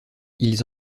ils